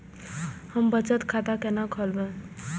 हम बचत खाता केना खोलैब?